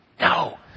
No